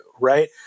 right